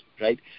right